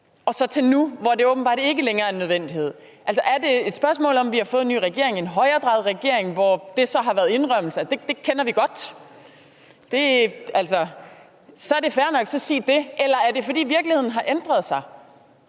til nu, hvor det åbenbart ikke længere er en nødvendighed. Altså, er det et spørgsmål om, at vi har fået en ny regering, en højredrejet regering, hvor det så har været indrømmelsen – og det kender vi godt, det er fair nok, men så sig det – eller er det, fordi virkeligheden har ændret sig?